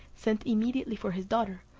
sent immediately for his daughter,